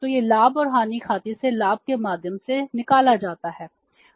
तो यह लाभ और हानि खाते से लाभ के माध्यम से निकाला जाता है